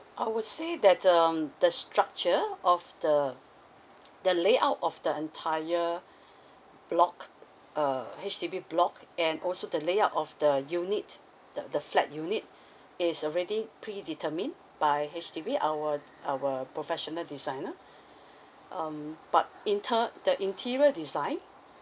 I would say that um the structure of the the layout of the entire block uh H_D_B block and also the layout of the unit the the flat unit is already pre determined by H_D_B our our professional designer um but in te~ the interior design